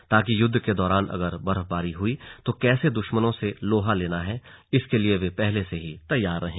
ताकि युद्ध के दौरान अगर बर्फबारी हुई तो कैसे दुश्मनों से लोहा लेना है इसके लिए वे पहले से ही तैयार रहें